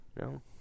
no